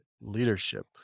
leadership